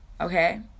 okay